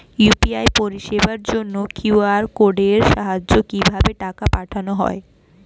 UPI পরিষেবার জন্য QR কোডের সাহায্যে কিভাবে টাকা পাঠানো হয়?